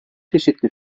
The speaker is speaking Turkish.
çeşitli